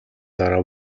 дараа